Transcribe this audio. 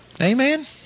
Amen